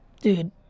Dude